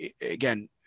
again